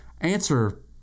answer